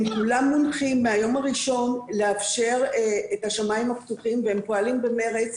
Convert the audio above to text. הם כולם מונחים מהיום הראשון לאפשר את השמים הפתוחים והם פועלים במרץ,